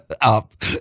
up